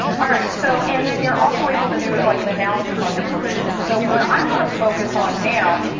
all right, so and then you're also able to do like an analysis on your permissions. so what i want to focus on now,